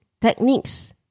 techniques